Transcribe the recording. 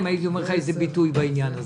הייתי אומר לך איזה ביטוי בעניין הזה.